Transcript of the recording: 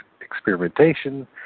experimentation